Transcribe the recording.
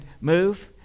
move